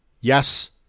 Yes